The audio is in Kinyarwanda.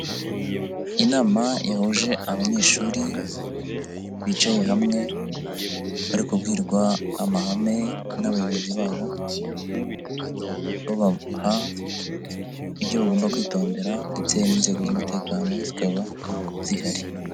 Inama yahuje abanyeshuri, bicaye hamwe, bari kubwirwa amahame n'abayobozi babo, babaha ibyo bagomba kwitondera ndetse n'inzego z'umutekano zikaba zihari.